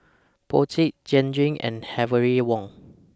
Brotzeit Jergens and Heavenly Wang